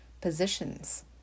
positions